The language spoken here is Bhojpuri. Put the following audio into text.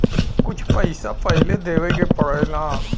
कुछ पैसा पहिले देवे के पड़ेला